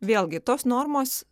vėlgi tos normos